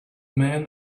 man